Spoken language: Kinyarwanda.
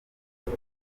ibi